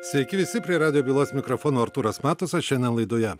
sveki visi prie radijo bylos mikrofono artūras matusas šiandien laidoje